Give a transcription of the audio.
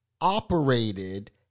operated